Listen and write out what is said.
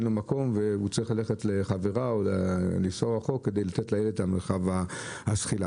וצריך לנסוע למשפחה או חברים כדי לתת לילד את מרחב הזחילה.